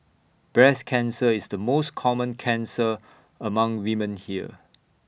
breast cancer is the most common cancer among women here